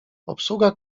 obsługa